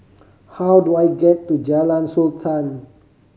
how do I get to Jalan Sultan